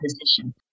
position